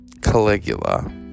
Caligula